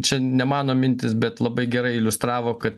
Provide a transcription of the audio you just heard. čia ne mano mintis bet labai gerai iliustravo kad